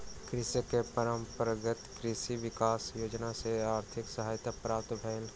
कृषक के परंपरागत कृषि विकास योजना सॅ आर्थिक सहायता प्राप्त भेल